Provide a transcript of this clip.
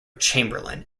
chamberlin